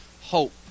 hope